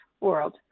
world